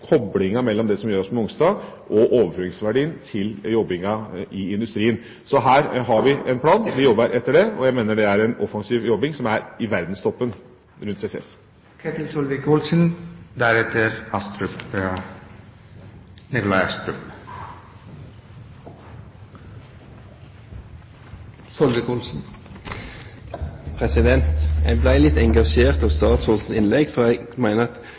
mellom det som gjøres på Mongstad, og overføringsverdien til jobbinga i industrien. Så her har vi en plan, vi jobber etter det, og jeg mener det er en offensiv jobbing rundt CCS som er i verdenstoppen. Jeg ble litt engasjert av statsrådens innlegg, for jeg mener at en kan ikke forstå det på annen måte enn at